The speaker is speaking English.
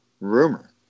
rumor